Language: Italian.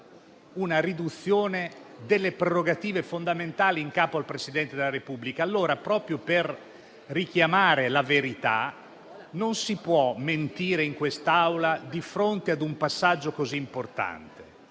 una riduzione delle prerogative fondamentali in capo al Presidente della Repubblica. Allora, proprio per richiamare la verità, non si può mentire in quest'Aula di fronte ad un passaggio così importante.